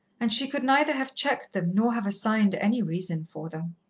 and she could neither have checked them nor have assigned any reason for them.